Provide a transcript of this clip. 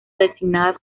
designadas